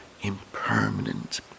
impermanent